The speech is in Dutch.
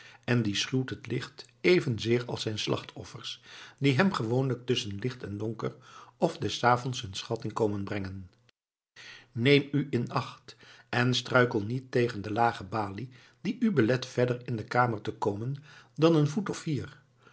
en die schuw het licht evenzeer als zijn slachtoffers die hem gewoonlijk tusschen licht en donker of des avonds hun schatting komen brengen neem u in acht en struikel niet tegen de lage balie die u belet verder in de kamer te komen dan een voet of vier